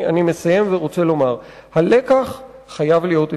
אני מסיים ורוצה לומר: הלקח חייב להיות אצלנו.